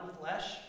flesh